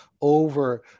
over